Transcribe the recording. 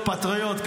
ופטריוט.